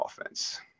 offense